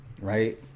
Right